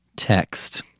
Text